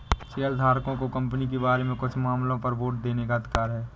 शेयरधारकों को कंपनी के बारे में कुछ मामलों पर वोट देने का अधिकार है